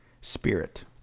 Spirit